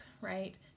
right